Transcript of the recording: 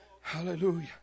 Hallelujah